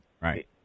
Right